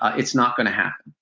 ah it's not gonna happen.